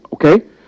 Okay